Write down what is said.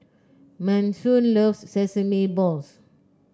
Manson loves Sesame Balls